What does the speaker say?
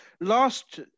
last